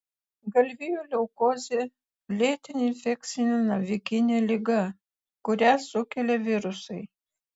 galvijų leukozė lėtinė infekcinė navikinė liga kurią sukelia virusai